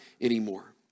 anymore